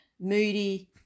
moody